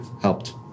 helped